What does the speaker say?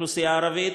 מהאוכלוסייה הערבית,